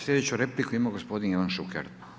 Sljedeću repliku ima gospodin Ivan Šuker.